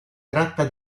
tratta